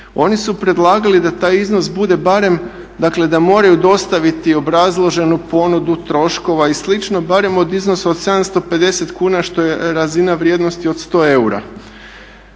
Oni su predlagali da taj iznos bude barem, dakle da moraju dostaviti obrazloženu ponudu troškova i slično, barem u iznosu od 750 kuna što je razina vrijednosti od 100 eura.